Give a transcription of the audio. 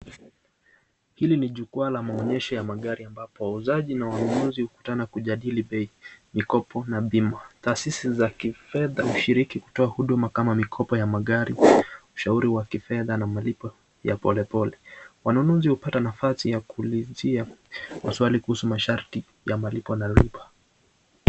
Hili ni jukwaa la maonyesho ya magari ambapo wauzaji na wanunuzi hukutana kujadili bei, mikopo na bima. Taasisi za kifedha hushiriki kutoa huduma kama mikopo ya magari, ushauri wa kifedha na malipo ya polepole. Wanunuzi hupata nafasi ya kuulizia maswali kuhusu masharti ya malipo na riba.